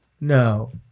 no